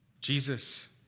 Jesus